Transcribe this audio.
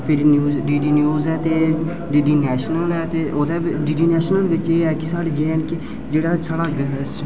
फिरी DD News ऐ ते डीडी नैशनल ऐ ते डीडी नैशनल बिच एह् ऐ कि साढ़ी जे एंड के जेह्ड़ा साढ़ा